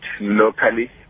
locally